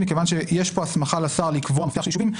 מכיוון שיש פה הסמכה לשר לקבוע מפתח של יישובים,